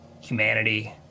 humanity